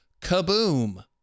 kaboom